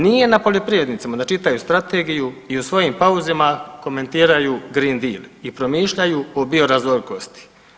Nije na poljoprivrednicima da čitaju strategiju i u svojim pauzama komentiraju green deal i promišljaju o bioraznolikosti.